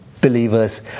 Believers